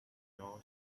具有